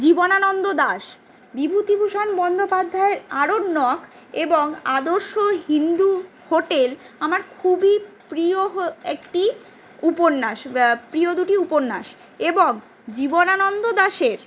জীবনানন্দ দাশ বিভূতিভূষণ বন্দোপাধ্যায়ের আরণ্যক এবং আদর্শ হিন্দু হোটেল আমার খুবই প্রিয় একটি উপন্যাস প্রিয় দুটি উপন্যাস এবং জীবনানন্দ দাশের